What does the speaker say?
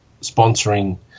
sponsoring